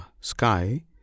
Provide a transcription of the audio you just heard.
sky